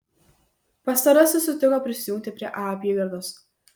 pastarasis sutiko prisijungti prie a apygardos